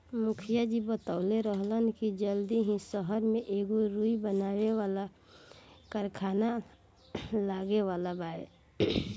मुखिया जी बतवले रहलन की जल्दी ही सहर में एगो रुई बनावे वाला कारखाना लागे वाला बावे